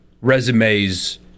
resumes